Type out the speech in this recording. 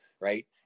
right